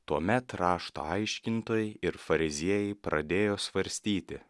tuomet rašto aiškintojai ir fariziejai pradėjo svarstyti